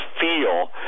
feel